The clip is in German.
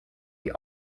die